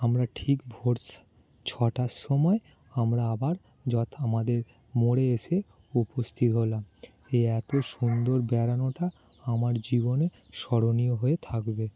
আমরা ঠিক ভোর স ছটার সময় আমরা আবার যথা আমাদের মোড়ে এসে উপস্থিত হলাম এই এতো সুন্দর বেড়ানোটা আমার জীবনে স্মরণীয় হয়ে থাকবে